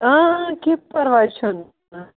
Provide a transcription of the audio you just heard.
کیٚنٛہہ پَرواے چھُنہٕ